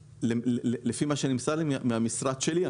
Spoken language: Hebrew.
לפי מה שנמסר לי מהמשרד שלי.